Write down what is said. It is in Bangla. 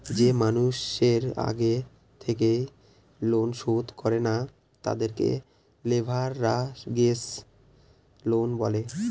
যে মানুষের আগে থেকে লোন শোধ করে না, তাদেরকে লেভেরাগেজ লোন বলে